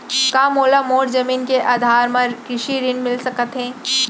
का मोला मोर जमीन के आधार म कृषि ऋण मिलिस सकत हे?